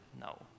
no